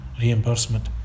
reimbursement